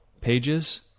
pages